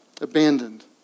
abandoned